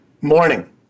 Morning